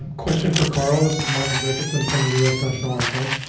question for carl. this is martin jacobson from the u s. national archives.